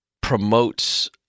promotes